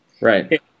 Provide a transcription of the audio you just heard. Right